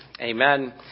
Amen